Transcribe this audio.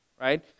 right